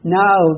now